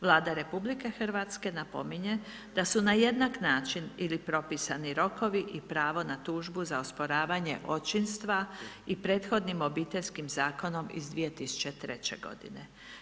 Vlada RH napominje da su na jednak način ili propisani rokovi i pravo na tužbu za osporavanje očinstva i prethodnim Obiteljskim zakonom iz 2003. godine.